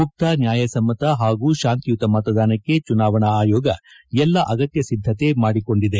ಮುಕ್ತ ನ್ವಾಯಸಮ್ಮತ ಹಾಗೂ ಶಾಂತಿಯುತ ಮತದಾನಕ್ಕೆ ಚುನಾವಣಾ ಆಯೋಗ ಎಲ್ಲ ಅಗತ್ತ ಸಿದ್ದಕೆ ಮಾಡಿಕೊಂಡಿದೆ